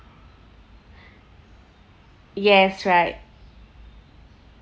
yes right